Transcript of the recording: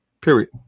Period